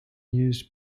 used